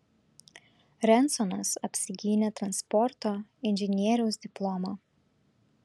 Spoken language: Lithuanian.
rensonas apsigynė transporto inžinieriaus diplomą